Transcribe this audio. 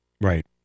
Right